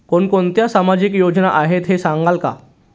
कोणकोणत्या सामाजिक योजना आहेत हे सांगाल का?